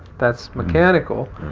that's mechanical.